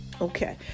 Okay